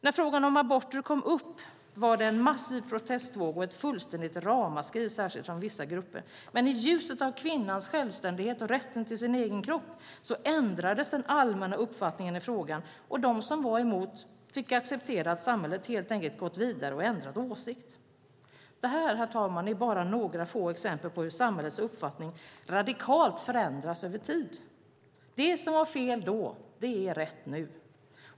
När frågan om aborter kom upp blev det en massiv protestvåg och ett fullständigt ramaskri, särskilt från vissa grupper. Men i ljuset av kvinnans självständighet och rätten till sin egen kropp ändrades den allmänna uppfattningen i frågan. De som var emot fick acceptera att samhället helt enkelt gått vidare och ändrat åsikt. Det här, herr talman, är bara några få exempel på hur samhällets uppfattning radikalt förändras över tid. Det som var fel då är rätt nu.